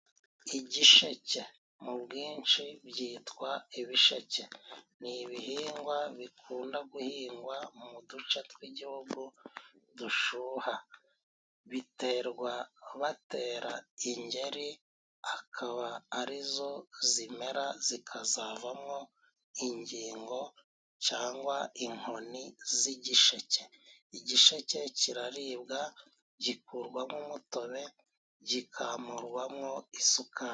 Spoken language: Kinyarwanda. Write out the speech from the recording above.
Igisheke mu bwinshi byitwa ibisheke. Ni ibihingwa bikunda guhingwa mu duce tw'igihugu dushuha. Biterwa batera ingeri, akaba ari zo zimera zikazavamo ingingo cyangwa inkoni z'igisheke. Igisheke kiraribwa, gikurwamo umutobe, gikamurwamwo isukari.